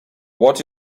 what